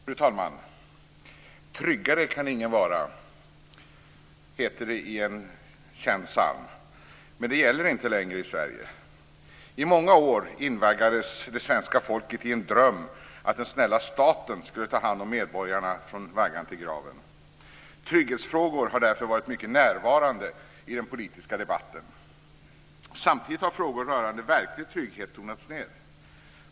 Fru talman! "Tryggare kan ingen vara" heter det i en känd psalm, men det gäller inte längre i Sverige. I många år invaggades det svenska folket i en dröm att den snälla staten skulle ta hand om medborgarna från vaggan till graven. Trygghetsfrågor har därför varit mycket närvarande i den politiska debatten. Samtidigt har frågor rörande verklig trygghet tonats ned.